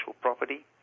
property